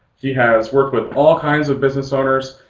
he has worked with all kinds of business owners.